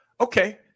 Okay